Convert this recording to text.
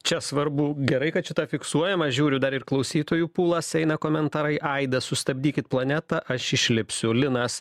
čia svarbu gerai kad šita fiksuojama žiūriu dar ir klausytojų pulas eina komentarai aida sustabdykit planetą aš išlipsiu linas